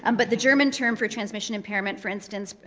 um but the german term for transmission impairment, for instance,